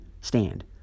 stand